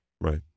Right